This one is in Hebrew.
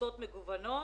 ועמותות מגוונות,